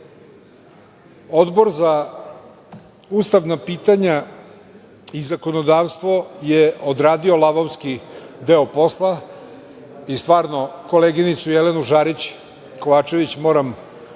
Odbor za ustavna pitanja i zakonodavstvo je odradio lavovski deo posla i stvarno koleginicu Jelenu Žarić Kovačević moram